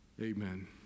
Amen